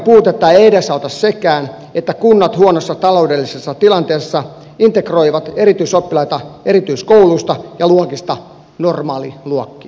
hoivanpidon puutetta ei edesauta sekään että kunnat huonossa taloudellisessa tilanteessa integroivat erityisoppilaita erityiskouluista ja luokista normaaliluokkiin